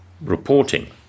reporting